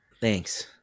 Thanks